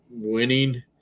Winning